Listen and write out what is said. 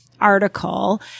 article